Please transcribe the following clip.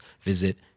visit